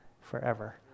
forever